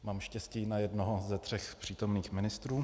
Mám štěstí na jednoho ze tří přítomných ministrů.